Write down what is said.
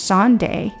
Sunday